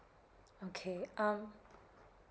okay um